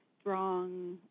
strong